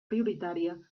prioritària